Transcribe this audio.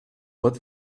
pot